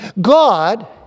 God